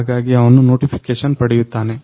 ಹಾಗಾಗಿ ಅವನು ನೋಟಿಫಿಕೇಷನ್ ಪಡೆಯುತ್ತಾನೆ